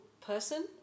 person